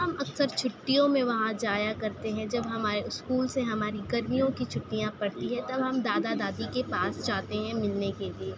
ہم اکثر چھٹیوں میں وہاں جایا کرتے ہیں جب ہمارے اسکول سے ہماری گرمیوں کی چھٹیاں پڑتی ہے تب ہم دادا دادی کے پاس جاتے ہیں ملنے کے لیے